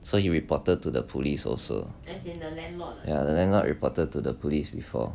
so he reported to the police also ya the landlord reported to the police before